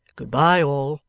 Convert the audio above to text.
good-bye all